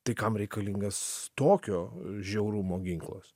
tai kam reikalingas tokio žiaurumo ginklas